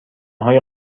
های